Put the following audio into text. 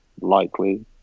likely